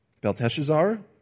Belteshazzar